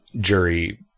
jury